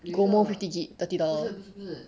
gomo fifty gib thirty dollar